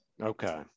Okay